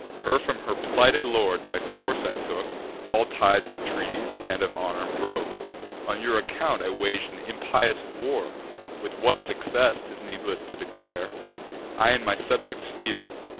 her from her plighted lord by force i took all ties of treaties, and of honor, broke on your account i wag'd an impious war with what success, t is needless to declare i and my subjects feel,